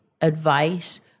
advice